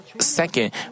Second